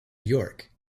york